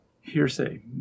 hearsay